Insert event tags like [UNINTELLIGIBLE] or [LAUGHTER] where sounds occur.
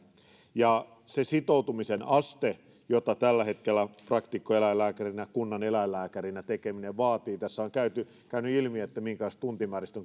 ja se sitoutumisen aste jota tällä hetkellä praktikkoeläinlääkärinä kunnaneläinlääkärinä toimiminen vaatii tässä on käynyt ilmi minkälaisista tuntimääristä [UNINTELLIGIBLE]